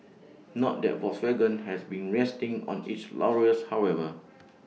not that Volkswagen has been resting on its laurels however